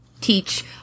teach